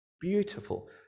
beautiful